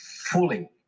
fully